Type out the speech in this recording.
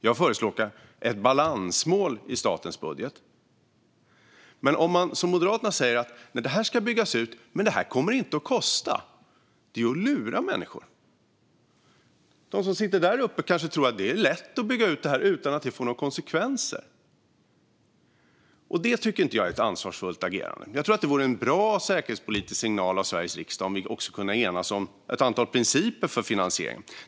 Jag förespråkar ett balansmål i statens budget. Moderaterna säger: Det här ska byggas ut, men det kommer inte att kosta. Det är att lura människor. De som sitter däruppe på åhörarläktaren kanske tror att det är lätt att bygga ut försvaret utan att det får några konsekvenser. Det tycker inte jag är ett ansvarsfullt agerande. Det vore en bra säkerhetspolitisk signal från Sveriges riksdag om vi kunde enas om ett antal principer för finansiering.